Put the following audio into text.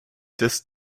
des